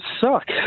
suck